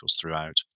throughout